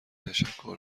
تشکر